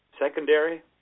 secondary